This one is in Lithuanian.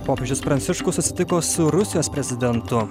popiežius pranciškus susitiko su rusijos prezidentu